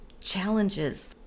challenges